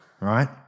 right